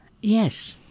Yes